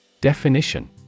Definition